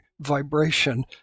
vibration